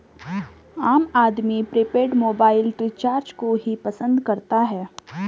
आम आदमी prepaid mobile recharge को ही पसंद करता है